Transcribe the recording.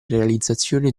realizzazione